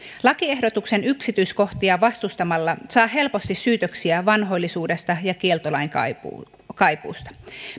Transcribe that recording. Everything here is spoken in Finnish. lakiehdotuksen yksityiskohtia vastustamalla saa helposti syytöksiä vanhoillisuudesta ja kieltolain kaipuusta